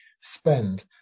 spend